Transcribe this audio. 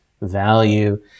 value